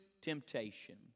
temptation